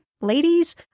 ladies